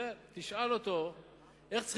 הרבה לפני "גוש אמונים", וחכמים הודו לו על כך.